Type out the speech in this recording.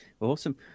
awesome